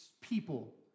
people